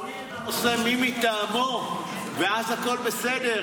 תוריד את הנושא של "מי מטעמו" ואז הכול בסדר,